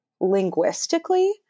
linguistically